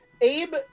Abe